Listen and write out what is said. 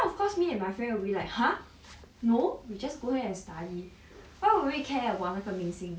of course me and my friend we like !huh! no we just go and study why would we care about 那个明星